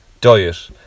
diet